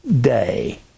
day